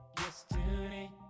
yesterday